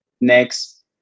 next